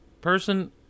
person